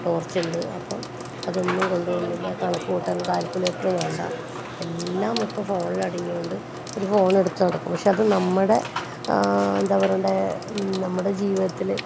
ടോർച്ചുണ്ട് അപ്പോൾ അതൊന്നും കൊണ്ടുപോകുന്നില്ല കണക്കു കൂട്ടാൻ കാൽക്കുലേറ്റർ വേണ്ട എല്ലാം ഇപ്പോൾ ഫോണിലടങ്ങിയതുകൊണ്ട് ഒരു ഫോണെടുത്ത് നടക്കും പക്ഷെ അത് നമ്മുടെ എന്താ പറയണ്ടേ നമ്മുടെ ജീവിതത്തിൽ